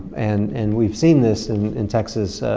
and and we've seen this and in texas,